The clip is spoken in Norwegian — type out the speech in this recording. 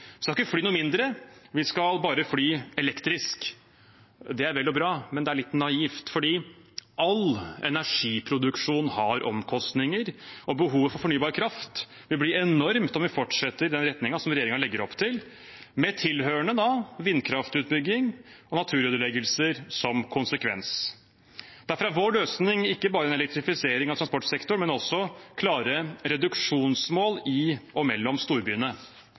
skal ikke fly noe mindre, vi skal bare fly elektrisk. Det er vel og bra, men det er litt naivt fordi all energiproduksjon har omkostninger, og behovet for fornybar kraft vil bli enormt om vi fortsetter i den retningen som regjeringen legger opp til, med tilhørende vindkraftutbygging og naturødeleggelser som konsekvens. Derfor er vår løsning ikke bare en elektrifisering av transportsektoren, men også klare reduksjonsmål i og mellom storbyene.